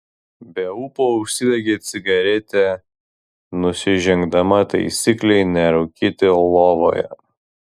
be ūpo užsidegė cigaretę nusižengdama taisyklei nerūkyti lovoje